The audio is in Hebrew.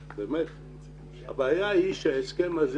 הבעיה היא שההסכם הזה